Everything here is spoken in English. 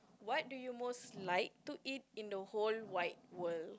what do you most like to eat in the whole wide world